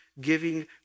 Giving